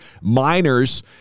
Miners